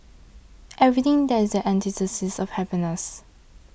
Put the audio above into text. everything that is the antithesis of happiness